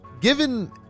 given